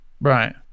Right